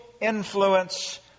influence